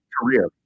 career